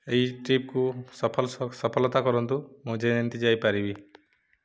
ଏହି ଟ୍ରିପ୍କୁ ସଫଳତା କରନ୍ତୁ ମୁଁ ଯେମିତି ଯାଇପାରିବି